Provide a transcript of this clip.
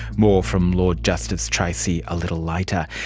more from lord justice treacy a little later.